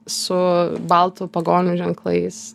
su baltų pagonių ženklais